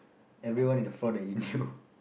everyone in the floor that you